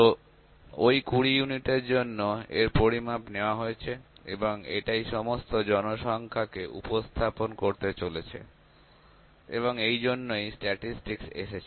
তো ওই ২০ ইউনিটের জন্য এর পরিমাপ নেওয়া হয়েছে এবং এটাই সমস্ত জনসংখ্যাকে উপস্থাপন করতে চলেছে এবং এই জন্যই স্ট্যাটিসটিকস এসেছে